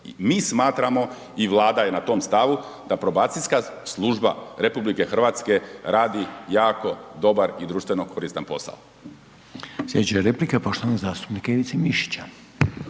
mi smatramo i Vlada je na tom stavu da Probacijska služba RH radi jako dobar i društveno koristan posao.